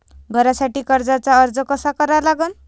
घरासाठी कर्जाचा अर्ज कसा करा लागन?